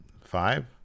five